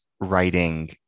writing